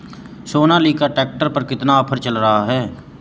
Sonalika tractor पर कितना offer चल रहा है?